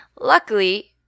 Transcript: Luckily